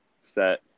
set